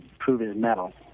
prove his mettle